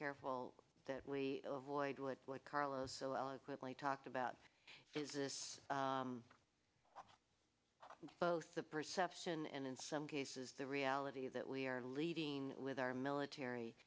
careful that we avoid what carla so eloquently talked about is this both the perception and in some cases the reality that we are leading with our military